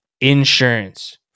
Insurance